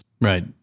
Right